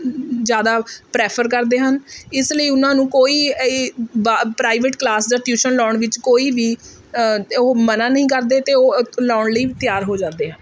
ਜ਼ਿਆਦਾ ਪ੍ਰੈਫਰ ਕਰਦੇ ਹਨ ਇਸ ਲਈ ਉਹਨਾਂ ਨੂੰ ਕੋਈ ਪ੍ਰਾਈਵੇਟ ਕਲਾਸ ਜਾਂ ਟਿਊਸ਼ਨ ਲਾਉਣ ਵਿੱਚ ਕੋਈ ਵੀ ਉਹ ਮਨ੍ਹਾ ਨਹੀਂ ਕਰਦੇ ਅਤੇ ਉਹ ਲਾਉਣ ਲਈ ਤਿਆਰ ਹੋ ਜਾਂਦੇ ਆ